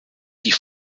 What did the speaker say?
die